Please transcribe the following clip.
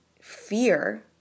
fear